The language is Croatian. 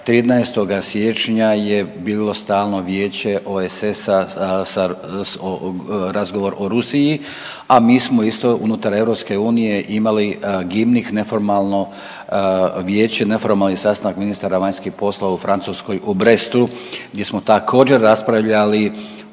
13. siječnja je bilo stalno vijeće OESS-a sa, razgovor o Rusiji a mi smo isto unutar EU imali …/nerazumljivo/… neformalno vijeće, neformalni sastanak ministara vanjskih poslova u Francuskoj u Brestu gdje smo također raspravljali